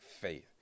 faith